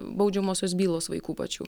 baudžiamosios bylos vaikų pačių